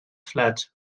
flat